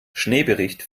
schneebericht